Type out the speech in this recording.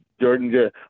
Jordan